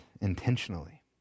intentionally